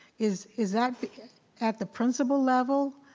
is is that at the principal level?